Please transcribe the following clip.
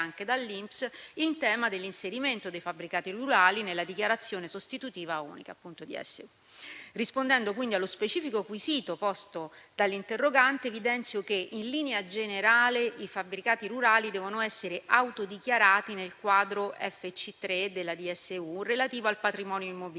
anche dall'INPS, il tema dell'inserimento dei fabbricati rurali nella dichiarazione sostitutiva unica. Rispondendo quindi allo specifico quesito posto dall'interrogante, evidenzio che, in linea generale, i fabbricati rurali devono essere autodichiarati nel quadro FC3 della DSU, relativo al patrimonio immobiliare,